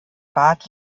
bad